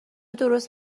درست